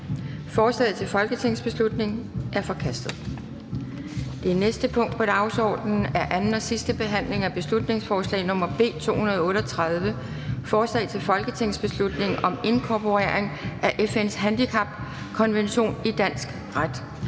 Forslaget til folketingsbeslutning er forkastet. --- Det næste punkt på dagsordenen er: 48) 2. (sidste) behandling af beslutningsforslag nr. B 175: Forslag til folketingsbeslutning om etablering af en kommission til sikring